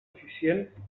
eficient